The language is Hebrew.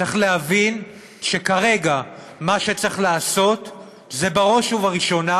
צריך להבין שכרגע מה שצריך לעשות זה בראש ובראשונה